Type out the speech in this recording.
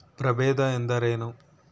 ಪ್ರಭೇದ ಎಂದರೇನು?